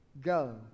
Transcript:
go